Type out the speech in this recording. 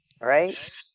Right